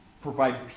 provide